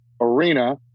arena